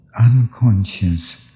unconscious